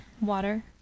water